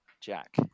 Jack